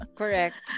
correct